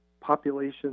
population